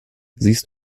siehst